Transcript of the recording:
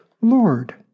Lord